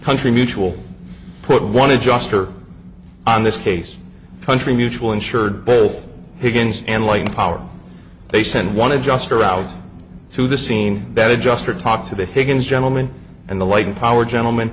country mutual put one adjuster on this case country mutual insured both higgins and like power they sent one adjuster out to the scene that adjuster talked to the higgins gentleman and the light and power gentleman